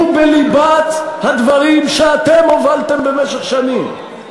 הוא בליבת הדברים שאתם הובלתם במשך שנים,